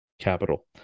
capital